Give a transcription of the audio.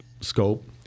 scope